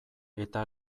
eta